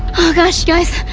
oh gosh guys,